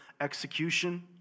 execution